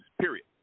Period